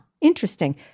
interesting